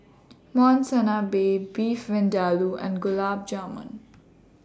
Monsunabe Beef Vindaloo and Gulab Jamun